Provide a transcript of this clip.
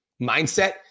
mindset